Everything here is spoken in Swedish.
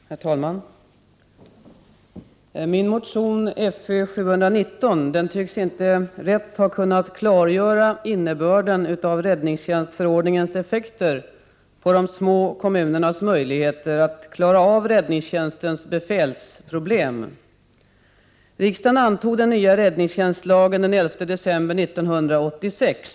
Herr talman! Min motion 1988/89:Fö719 tycks inte rätt ha kunnat klargöra innebörden av räddningstjänstförordningens effekter på de små kommunernas möjligheter att klara av räddningstjänstens befälsproblem. Riksdagen antog den nya räddningstjänstlagen den 11 december 1986.